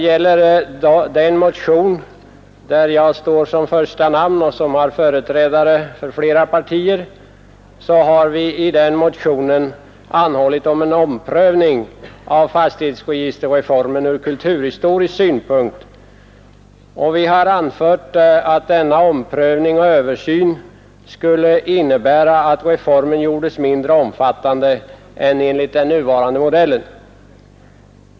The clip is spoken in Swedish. I den motion, under vilken jag står som första namn tillsammans med företrädare för flera partier, har vi anhållit om en prövning av fastighetsregisterreformen ur kulturhistorisk synpunkt. Vi har anfört att denna omprövning och översyn skulle innebära att reformen gjordes mindre omfattande än enligt den nuvarande modellen.